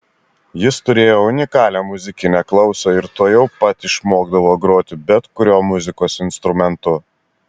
jis turėjo unikalią muzikinę klausą ir tuojau pat išmokdavo groti bet kuriuo muzikos instrumentu